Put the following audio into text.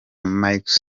macky